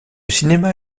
cinéma